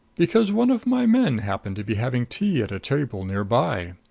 because one of my men happened to be having tea at a table near by.